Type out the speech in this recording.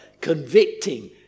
convicting